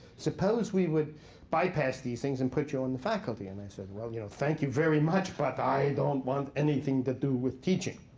suppose we would bypass these things and put you on the faculty. and i said, well, you know, thank you very much, but i don't want anything to do with teaching.